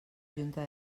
junta